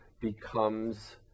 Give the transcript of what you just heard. becomes